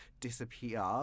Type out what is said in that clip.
disappear